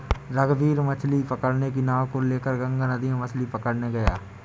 रघुवीर मछ्ली पकड़ने की नाव को लेकर गंगा नदी में मछ्ली पकड़ने गया